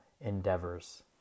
endeavors